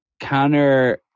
counter